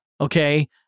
okay